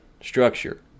structure